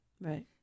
Right